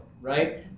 right